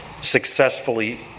successfully